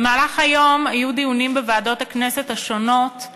במהלך היום היו דיונים בוועדות הכנסת השונות,